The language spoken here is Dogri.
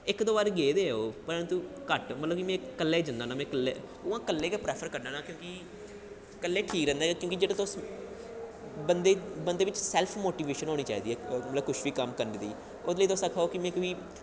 इक दो बारी गे दे हे ओह् परंतु घट्ट में कल्ला गै जन्ना होन्ना अ'ऊं कल्ले गै प्रैफर करना होन्ना क्योंकि कल्ले ठीक रौंह्दै क्योंकि जेह्ड़ा तुस बंदे बिच्च सैल्फ मोटिवेशन होनी चाहिदी ऐ मतलब कुछ बी कम्म करने ताहीं ओह्दे लेई तुस आक्खो कि में